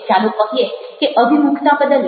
ચાલો કહીએ કે અભિમુખતા બદલીએ